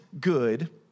good